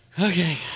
Okay